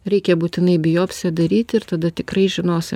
reikia būtinai biopsiją daryti ir tada tikrai žinosi